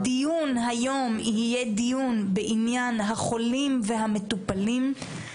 הדיון היום יהיה בעניין החולים והמטופלים.